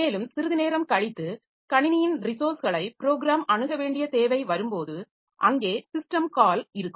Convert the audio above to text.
மேலும் சிறிது நேரம் கழித்து கணினியின் ரிசோர்ஸ்களை ப்ரோக்ராம் அணுக வேண்டிய தேவை வரும்போது அங்கே சிஸ்டம் கால் இருக்கும்